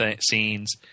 scenes